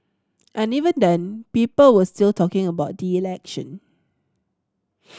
and even then people were still talking about the election